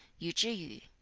yu zhi yu.